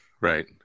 Right